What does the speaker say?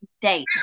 date